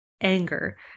anger